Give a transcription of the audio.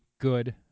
good